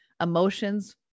emotions